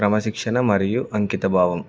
క్రమశిక్షణ మరియు అంకిత భావం